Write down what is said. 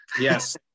Yes